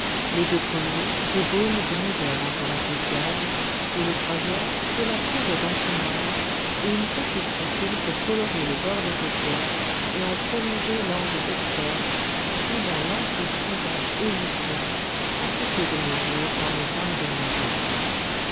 les deux premiers des baumes d'une couleur encore appréciable et le troisième de la poudre d'antimoine et une petite spatule pour colorer le bord des paupières et en prolonger l'angle externe suivant l'antique usage égyptien pratiqué de nos jours par les femmes orientales